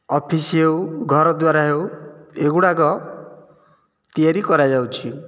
office ହେଉ ଘର ଦ୍ୱାରା ହେଉ ଏଗୁଡ଼ାକ ତିଆରି କରାଯାଉଛି